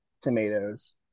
tomatoes